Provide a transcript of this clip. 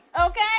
okay